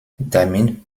damit